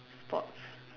sports